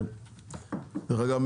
שדרך אגב,